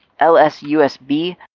LSUSB